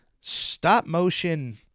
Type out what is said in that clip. stop-motion